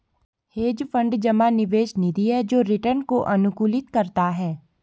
hedge fund जमा निवेश निधि है जो रिटर्न को अनुकूलित करता है